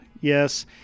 Yes